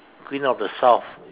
Queen of The South